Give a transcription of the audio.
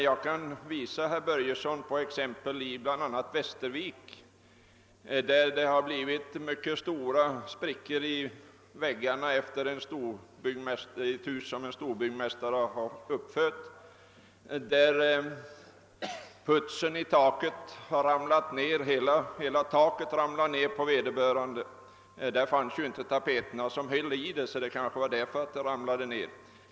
Jag kan emellertid ge herr Börjesson i Glömminge exempel i bl.a. Västervik, där det uppstått mycket stora sprickor i väggarna i ett hus som en storbyggmästare har uppfört. Putsen ramlar ned i hela taket, men där fanns ju inte några tapeter som höll ihop det hela.